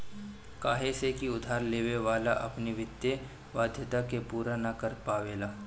काहे से की उधार लेवे वाला अपना वित्तीय वाध्यता के पूरा ना कर पावेला